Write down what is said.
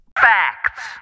Facts